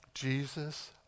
Jesus